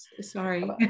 sorry